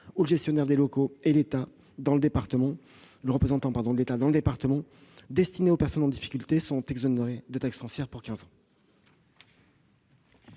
ou le gestionnaire des locaux et le représentant de l'État dans le département et destinées aux personnes [en difficulté] sont exonérés de taxe foncière sur les